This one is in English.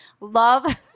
love